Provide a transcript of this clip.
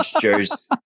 Joes